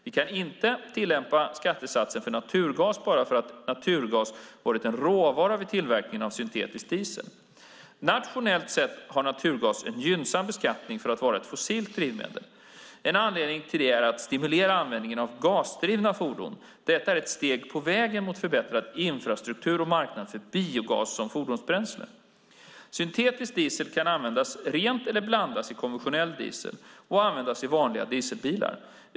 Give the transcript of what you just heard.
Vi kan inte tillämpa skattesatsen för naturgas bara för att naturgas varit en råvara vid tillverkningen av syntetisk diesel. Nationellt sett har naturgas en gynnsam beskattning för att vara ett fossilt drivmedel. En anledning till det är att stimulera användningen av gasdrivna fordon. Detta är ett steg på vägen mot förbättrad infrastruktur och marknad för biogas som fordonsbränsle. Syntetisk diesel kan användas rent eller blandas i konventionell diesel och användas i vanliga dieselbilar.